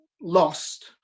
lost